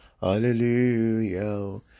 hallelujah